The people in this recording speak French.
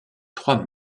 trois